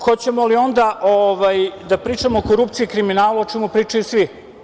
Hoćemo li onda da pričamo o korupciji i kriminalu, o čemu pričaju svi?